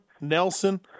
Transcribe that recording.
Nelson